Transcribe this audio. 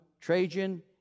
Trajan